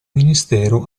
ministero